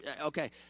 Okay